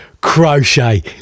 crochet